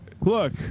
look